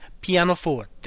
pianoforte